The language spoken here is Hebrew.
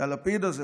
שהלפיד הזה,